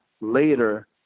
later